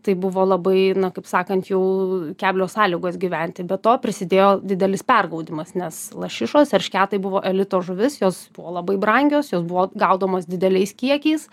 tai buvo labai na kaip sakant jau keblios sąlygos gyventi be to prisidėjo didelis pergaudymas nes lašišos eršketai buvo elito žuvis jos buvo labai brangios jos buvo gaudomos dideliais kiekiais